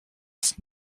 ist